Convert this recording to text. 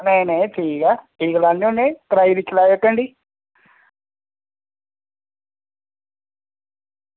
नेईं नेईं ठीक ऐ ठीक लान्ने होन्ने कराई दिक्खी लैएओ इक हांडी